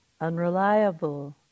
unreliable